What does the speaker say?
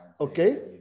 okay